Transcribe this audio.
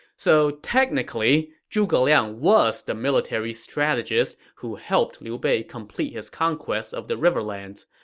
so technically, zhuge liang was the military strategist who helped liu bei complete his conquest of the riverlands.